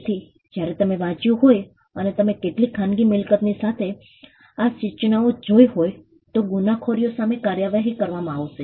તેથી જ્યારે તમે વાંચ્યું હોય અને તમે કેટલીક ખાનગી મિલકતની સામે આ સૂચનાઓ જોઈ હોઈ તો ગુનાખોરીઓ સામે કાર્યવાહી કરવામાં આવશે